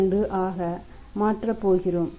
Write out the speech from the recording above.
02 ஆக மாற்றப் போகிறோம்